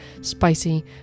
spicy